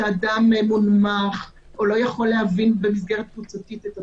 כשאדם מונמך או לא יכול להבין במסגרת קבוצתית את התכנים.